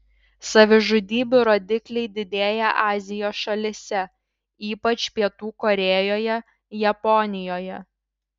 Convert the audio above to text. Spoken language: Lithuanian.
savižudybių rodikliai didėja azijos šalyse ypač pietų korėjoje japonijoje